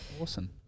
Awesome